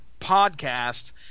podcast